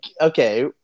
okay